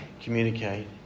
communicate